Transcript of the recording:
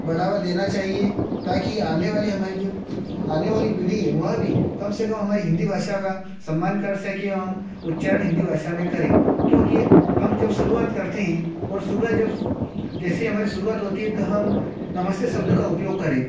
बढ़ावा देना चाहिए ताकि आने वाले हमारी जो पी आने वाली पीढ़ी है वह भी कम से कम हमारी हिंदी भाषा का सम्मान कर सके एवं उच्चारण हिंदी भाषा में करे क्योंकि हम जब सुरुआत करते हैं और सुबेह जब जैसे ही हमारी शुरुआत होती है तो हम नमस्ते शब्द का उपयोग करें